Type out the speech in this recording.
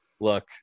look